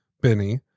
Benny